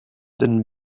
den